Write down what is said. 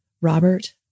Robert